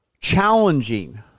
challenging